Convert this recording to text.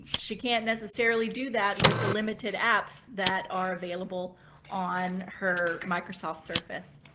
she can't necessarily do that with the limited apps that are available on her microsoft surface.